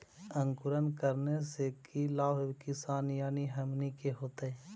अंकुरण करने से की लाभ किसान यानी हमनि के होतय?